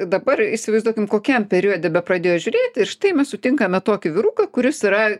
dabar įsivaizduokim kokiam periode bepradėjo žiūrėti ir štai mes sutinkame tokį vyruką kuris yra